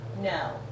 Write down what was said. No